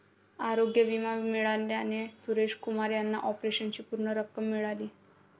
आरोग्य विमा मिळाल्याने सुरेश कुमार यांना ऑपरेशनची पूर्ण रक्कम मिळाली